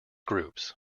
groups